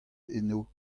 eno